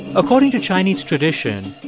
according to chinese tradition,